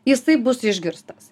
jisai bus išgirstas